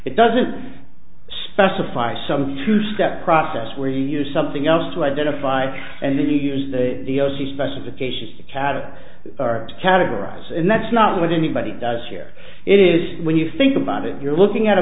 it doesn't specify some two step process where you use something else to identify and then you use the o c specifications to cattle to categorize and that's not what anybody does here it is when you think about it you're looking at a